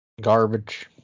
Garbage